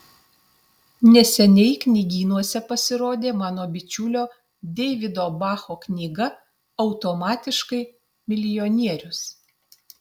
neseniai knygynuose pasirodė mano bičiulio deivido bacho knyga automatiškai milijonierius